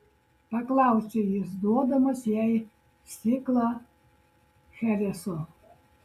paklausė jis duodamas jai stiklą chereso